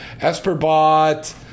Esperbot